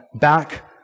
back